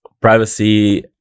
privacy